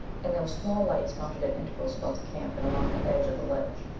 and there were small lights mounted at intervals about the camp and along the edge of the ledge.